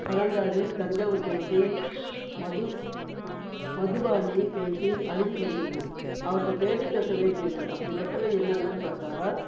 Kalamkari Thanjavur painting மது Madhubani painting அழிந்து வருகின்றன அவற்றை பேணிக் காக்க வேண்டியுள்ளது அப்படிப்பட்டவை என்னென்னனு பார்த்தா